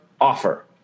offer